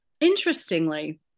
Interestingly